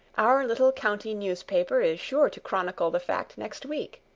our little county newspaper is sure to chronicle the fact next week.